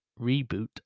reboot